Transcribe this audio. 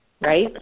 right